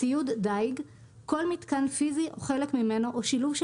"ציוד דיג" כל מיתקן פיזי או חלק ממנו או שילוב של